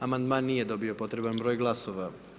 Amandman nije dobio potreban br. glasova.